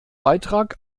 beitrag